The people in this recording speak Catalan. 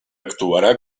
actuarà